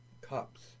cups